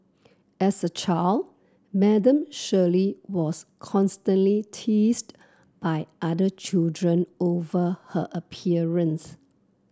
as a child Madam Shirley was constantly teased by other children over her appearance